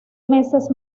meses